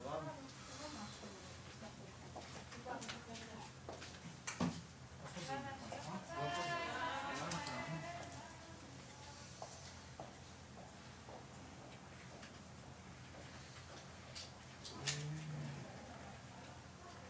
14:37.